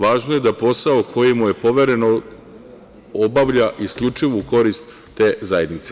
Važno je da posao koji mu je poveren obavlja isključivo u korist te zajednice.